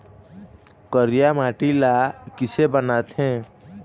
करिया माटी ला किसे बनाथे?